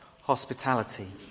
hospitality